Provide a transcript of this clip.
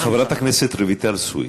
חברת הכנסת רויטל סויד,